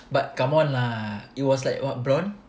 but come on lah it was like what blonde